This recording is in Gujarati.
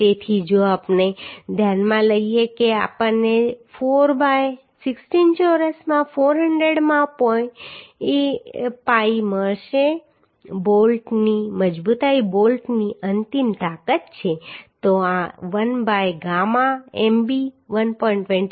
તેથી જો આપણે ધ્યાનમાં લઈએ કે આપણને 4 બાય 16 ચોરસમાં 400 માં પાઈ મળશે બોલ્ટની મજબૂતાઈ બોલ્ટની અંતિમ તાકાત છે તો આ 1 બાય ગામા એમબી 1